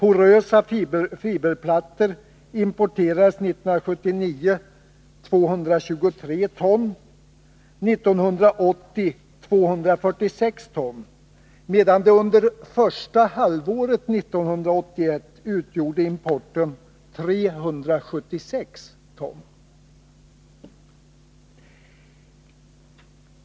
År 1979 importerades 223 ton porösa träfiberplattor. 1980 var importen 246 ton.